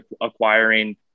acquiring